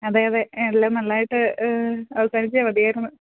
അതെ അതെ എല്ലാം നല്ലതായിട്ട് അവസാനിച്ചാൽ മതിയായിരുന്നു